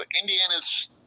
Indiana's